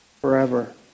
forever